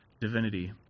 divinity